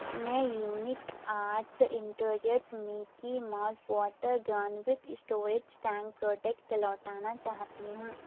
میں unique arts interiors Mickey mouse water gun with storage tank product لوٹانا چاہتی ہوں